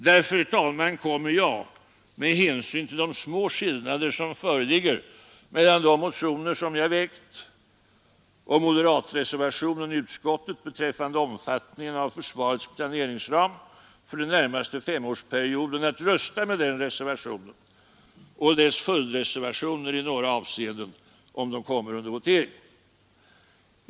Därför kommer jag, med hänsyn till de små skillnader, som föreligger mellan de motioner jag väckt och moderatreservationen i utskottet beträffande omfattningen av försvarets planeringsram för den närmaste femårsperioden, att rösta med denna reservation och dess följdreservationer i några avseenden, om det blir votering om dem.